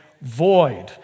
void